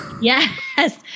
yes